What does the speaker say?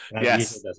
Yes